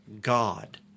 God